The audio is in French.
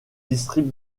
district